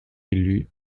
élu